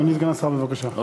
אדוני סגן השר, בבקשה.